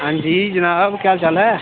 हांजी जनाब केह् हाल चाल ऐ